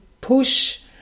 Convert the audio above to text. push